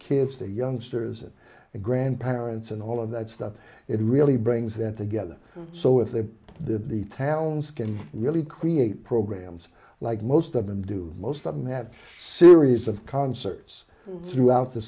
kids the youngsters and grandparents and all of that stuff it really brings them together so if they did the towns can really create programs like most of them do most some have series of concerts throughout the